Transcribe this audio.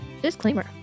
disclaimer